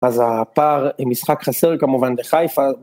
אז הפער עם משחק חסר, כמובן, בחיפה.